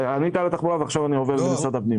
עכשיו אני עובר למשרד הפנים.